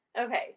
Okay